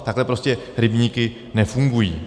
Takhle prostě rybníky nefungují.